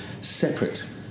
separate